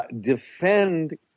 defend